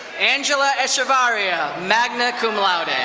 angela echevaria, magna cum laude.